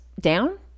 down